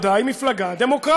מפלגת העבודה היא מפלגה דמוקרטית,